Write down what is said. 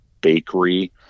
bakery